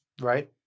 Right